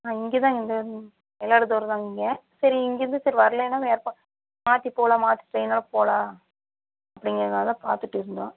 நான் இங்கே தாங்க இந்த மயிலாடுதுறை தாங்க இங்கே சரி இங்கேருந்து சரி வரலேன்னா வேறு பக் மாற்றிப் போகலாம் மாற்றி ட்ரெயினில் போகலாம் அப்படிங்கிறதனால பார்த்துட்டு இருந்தோம்